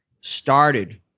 started